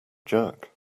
jerk